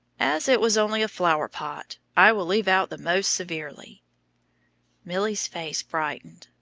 as it was only a flower-pot, i will leave out the most severely milly's face brightened.